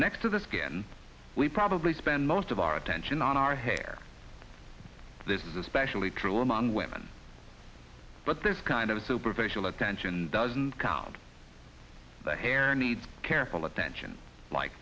next to the skin we probably spend most of our attention on our hair this is especially true among women but this kind of superficial attention doesn't count the hair needs careful attention like